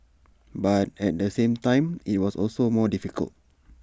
but at the same time IT was also more difficult